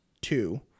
two